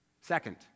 Second